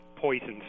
poisons